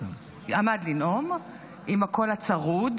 -- עמד לנאום עם הקול הצרוד.